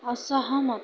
ଅସହମତ